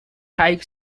high